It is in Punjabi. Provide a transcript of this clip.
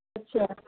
ਅੱਛਾ